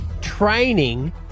training